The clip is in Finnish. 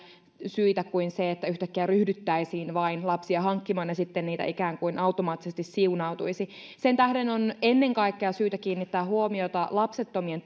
syitä kuin se että yhtäkkiä ryhdyttäisiin vain lapsia hankkimaan ja sitten niitä ikään kuin automaattisesti siunaantuisi sen tähden on syytä kiinnittää huomiota ennen kaikkea lapsettomien